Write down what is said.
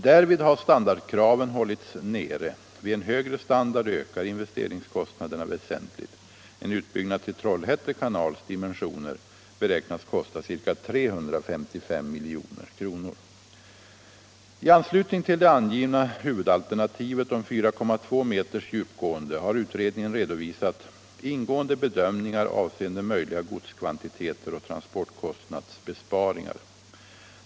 Därvid har standardkraven hållits nere. Vid en högre standard ökar investeringskostnaderna väsentligt. En utbyggnad till Trollhätte kanals dimensioner beräknas kosta ca 355 milj.kr. I anslutning till det angivna huvudalternativet om 4,2 meters djupgående har utredningen redovisat ingående bedömningar avseende möjliga godskvantiteter och transportkostnadsbesparingar.